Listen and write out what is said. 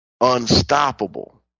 Unstoppable